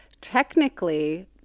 technically